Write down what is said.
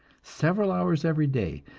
several hours every day,